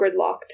gridlocked